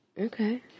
Okay